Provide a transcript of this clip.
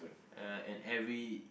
uh and every